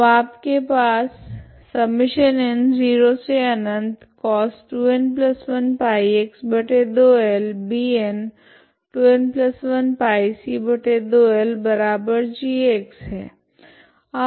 अब आपके पास है